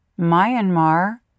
Myanmar